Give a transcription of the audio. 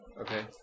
Okay